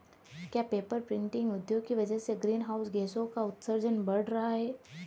क्या paper printing उद्योग की वजह से ग्रीन हाउस गैसों का उत्सर्जन बढ़ रहा है?